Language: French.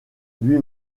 lui